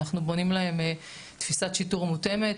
ואנחנו בונים להם תפיסת שיטור מותאמת.